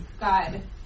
God